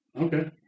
Okay